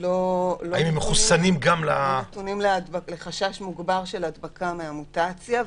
לא נמצאים בחשש מוגבר להדבקה מהמוטציה.